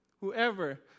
whoever